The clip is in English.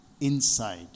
inside